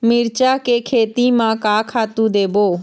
मिरचा के खेती म का खातू देबो?